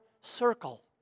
circle